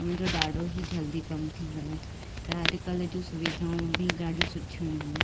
मुंहिंजो ॾाढो ई जल्दी कम थी वियो त अॼुकल्ह जूं सुविधाऊं बि ॾाढियूं सुठियूं ई आहिनि